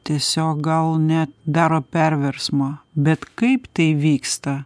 tiesiog gal net daro perversmą bet kaip tai vyksta